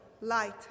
light